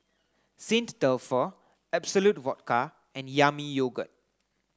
St Dalfour Absolut Vodka and Yami Yogurt